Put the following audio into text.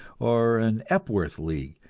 or an epworth league.